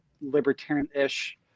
libertarian-ish